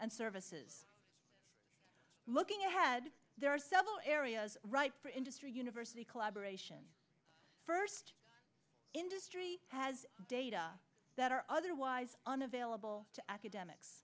and services looking ahead there are several areas right for industry university collaboration first industry has data that are otherwise unavailable to academics